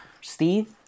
Steve